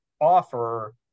offer